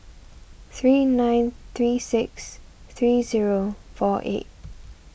three nine three six three zero four eight